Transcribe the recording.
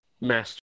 master